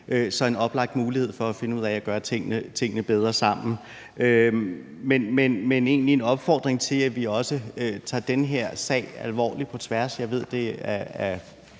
er en oplagt mulighed for at finde ud af at gøre tingene bedre sammen. Men det er egentlig en opfordring til, at vi også tager den her sag alvorligt på tværs.